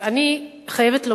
אני חייבת לומר,